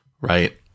right